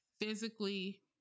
physically